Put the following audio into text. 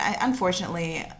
unfortunately